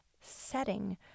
setting